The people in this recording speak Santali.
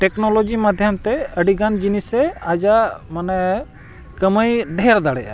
ᱴᱮᱠᱱᱳᱞᱚᱡᱤ ᱢᱟᱫᱽᱫᱷᱚᱢ ᱛᱮ ᱟᱹᱰᱤ ᱜᱟᱱ ᱡᱤᱱᱤᱥᱮ ᱟᱡᱟᱜ ᱢᱟᱱᱮ ᱠᱟᱹᱢᱟᱹᱭ ᱰᱷᱮᱨ ᱫᱟᱲᱮᱭᱟᱜᱼᱟ